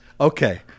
Okay